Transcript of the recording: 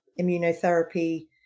immunotherapy